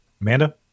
Amanda